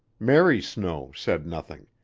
mary snow said nothing,